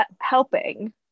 Helping